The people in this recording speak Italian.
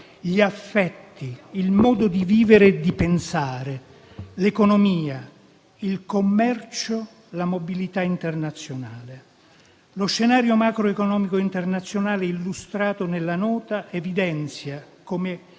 gli affetti, il modo di vivere e di pensare, l'economia, il commercio, la mobilità internazionale. Lo scenario macroeconomico internazionale, illustrato nella Nota, evidenzia che